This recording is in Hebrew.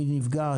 מי נפגע.